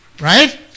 Right